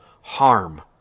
harm